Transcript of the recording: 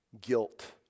guilt